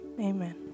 Amen